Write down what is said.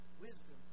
wisdom